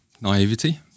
naivety